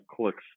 clicks